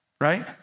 right